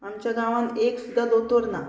आमच्या गांवान एक सुद्दां दोतोर ना